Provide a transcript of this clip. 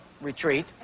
retreat